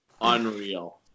Unreal